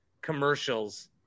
commercials